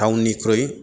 थावननिख्रुइ